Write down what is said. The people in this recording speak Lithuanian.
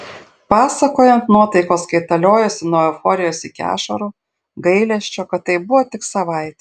pasakojant nuotaikos kaitaliojosi nuo euforijos iki ašarų gailesčio kad tai buvo tik savaitė